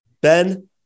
Ben